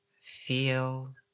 feel